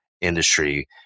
industry